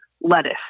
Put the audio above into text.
lettuce